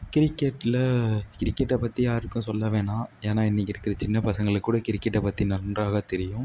கிரிக்கெட்டில் கிரிக்கெட்டை பற்றி யாருக்கும் சொல்ல வேணாம் ஏன்னால் இன்றைக்கி இருக்கிற சின்ன பசங்களுக்கு கூட கிரிக்கெட்டை பற்றி நன்றாக தெரியும்